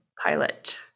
pilot